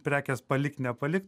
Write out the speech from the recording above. prekes palikt nepalikt